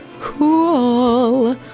Cool